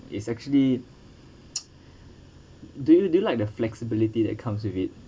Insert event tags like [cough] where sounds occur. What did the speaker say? is actually [noise] do you do you like the flexibility that comes with it